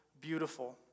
beautiful